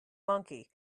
monkey